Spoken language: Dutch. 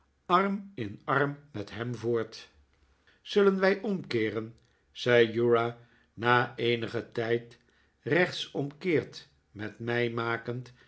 arm in arm met hem voort zullen wij omkeeren zei uriah na eenigen tijd rechtsomkeert met mij makend